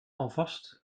alvast